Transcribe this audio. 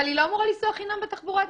אבל היא לא אמורה לנסוע חינם בתחבורה הציבורית.